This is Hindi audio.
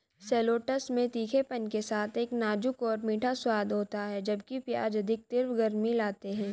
शैलोट्स में तीखेपन के साथ एक नाजुक और मीठा स्वाद होता है, जबकि प्याज अधिक तीव्र गर्मी लाते हैं